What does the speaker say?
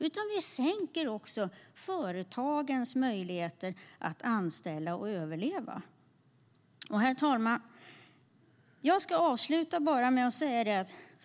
Då sänker vi också företagens möjligheter att anställa och överleva. Herr talman!